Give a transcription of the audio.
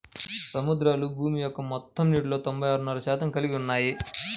సముద్రాలు భూమి యొక్క మొత్తం నీటిలో తొంభై ఆరున్నర శాతం కలిగి ఉన్నాయి